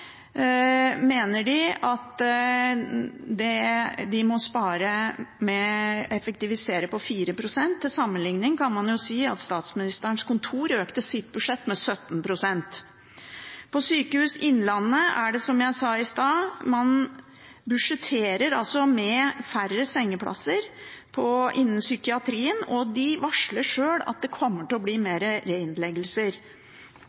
mener de at de må effektivisere med 4 pst. Til sammenligning kan man si at Statsministerens kontor økte sitt budsjett med 17 pst. På Sykehuset Innlandet budsjetterer man med færre sengeplasser innen psykiatrien, og de varsler sjøl at det kommer til å bli